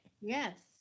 Yes